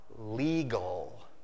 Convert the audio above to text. legal